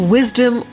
Wisdom